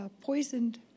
poisoned